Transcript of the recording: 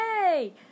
Yay